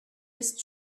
ist